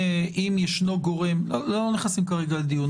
אנחנו לא נכנסים כרגע לדיון.